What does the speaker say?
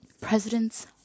Presidents